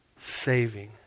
saving